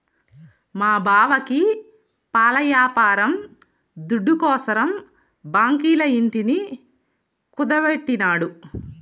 మా బావకి పాల యాపారం దుడ్డుకోసరం బాంకీల ఇంటిని కుదువెట్టినాడు